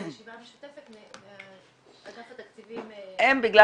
בישיבה המשותפת אגף התקציבים -- הם בגלל